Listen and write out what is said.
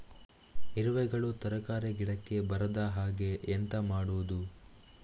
ಇರುವೆಗಳು ತರಕಾರಿ ಗಿಡಕ್ಕೆ ಬರದ ಹಾಗೆ ಎಂತ ಮಾಡುದು?